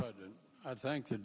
but i thank the